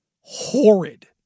horrid